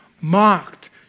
mocked